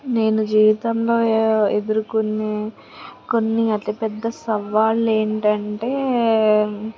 నేను జీవితంలో ఎదురుకునే కొన్ని అతి పెద్ద సవ్వాళ్లు ఏంటంటే